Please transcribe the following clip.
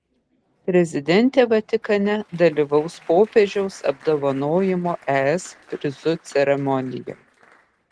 prezidentė vatikane dalyvauja popiežiaus apdovanojimo es prizu ceremonijoje